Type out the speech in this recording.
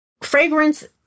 Fragrance